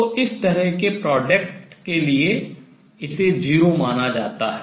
तो इस तरह के product गुणन के लिए इसे 0 माना जाता है